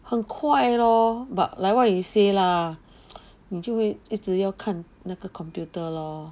很快 lor but like what you say lah 你就会一直要看那个 computer lor